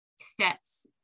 steps